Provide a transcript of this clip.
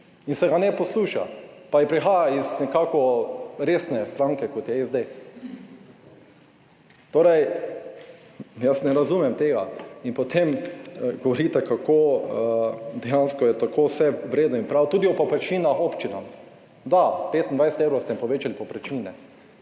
In se ga ne posluša, pa prihaja iz nekako resne stranke, kot je SD. Torej jaz ne razumem tega. Potem govorite, kako je dejansko tako vse v redu in prav. Tudi o povprečninah občinam. Da, 25 evrov ste jim povečali povprečnine.